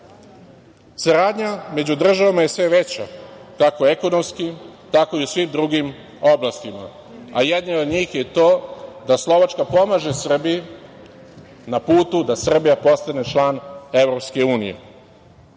Kosova. Saradnja među državama je sve veća, kako ekonomski, tako i u svim drugim oblastima, a jedna od njih je to da Slovačka pomaže Srbiji na putu da Srbija postane član EU.Gospodine